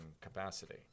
capacity